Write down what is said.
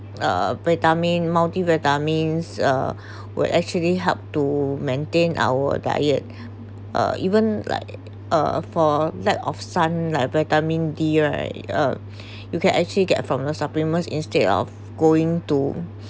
uh vitamin multi vitamins uh would actually help to maintain our diet uh even like uh for lack of sunlight vitamin D right uh you can actually get from the supplements instead of going to